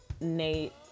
Nate